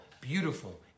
beautiful